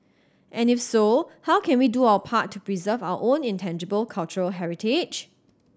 and if so how can we do our part to preserve our own intangible cultural heritage